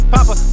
Papa